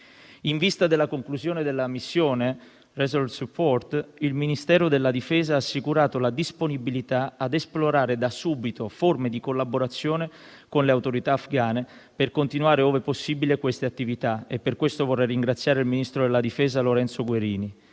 In vista della conclusione della missione "Resolute Support", il Ministero della difesa ha assicurato la disponibilità a esplorare da subito forme di collaborazione con le autorità afghane per continuare, ove possibile, queste attività e per questo vorrei ringraziare il ministro della difesa Lorenzo Guerini.